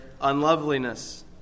unloveliness